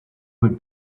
would